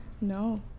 No